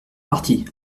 parti